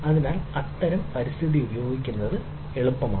അതിനാൽ അത്തരം പരിസ്ഥിതി ഉപയോഗിക്കുന്നത് എളുപ്പമാണ്